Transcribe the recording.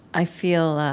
i feel